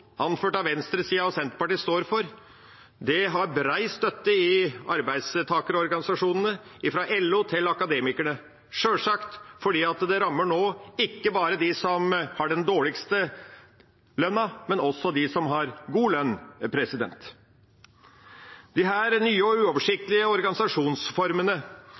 anført av venstresida og Senterpartiet, står for, har bred støtte i arbeidstakerorganisasjonene, fra LO til Akademikerne – sjølsagt fordi det nå ikke bare rammer dem som har den dårligste lønna, men også dem som har god lønn. Disse nye og uoversiktlige organisasjonsformene